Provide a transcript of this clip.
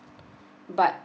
but